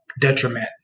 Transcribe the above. detriment